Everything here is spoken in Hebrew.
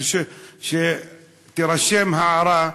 שתירשם הערה.